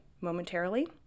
momentarily